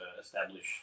establish